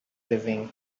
living